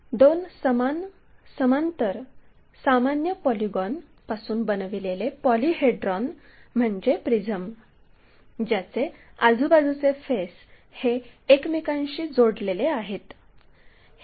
दोन समान समांतर सामान्य पॉलिगॉन पासून बनविलेले पॉलीहेड्रॉन म्हणजे प्रिझम ज्याचे आजूबाजूचे फेस हे एकमेकांशी जोडलेले आहेत